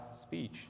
speech